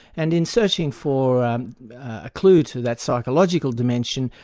and in searching for a clue to that psychological dimension,